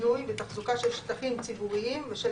בינוי ותחזוקה של שטחים ציבוריים ושל